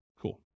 Cool